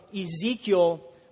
Ezekiel